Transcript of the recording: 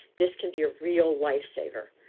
this can be a real life saver.